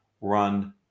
run